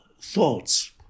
thoughts